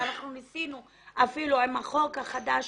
ואנחנו ניסינו אפילו עם החוק החדש